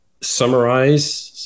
summarize